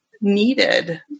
needed